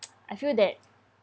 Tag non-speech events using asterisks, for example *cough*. *noise* I feel that